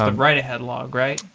ah and write ahead log, right?